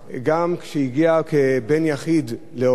גם שהגיע כבן יחיד להוריו,